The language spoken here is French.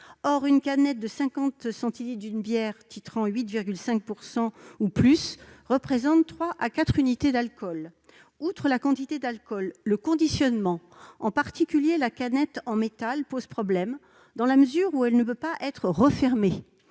Or une canette de cinquante centilitres d'une bière titrant 8,5 % ou plus représente trois à quatre unités d'alcool. Outre la quantité d'alcool, le conditionnement, en particulier la canette en métal, pose problème, dans la mesure où celle-ci ne peut pas être refermée.